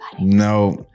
No